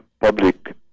public